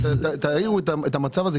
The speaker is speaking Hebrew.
תאירו את המצב הזה,